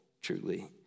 truly